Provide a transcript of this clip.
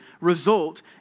result